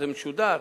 זה משודר,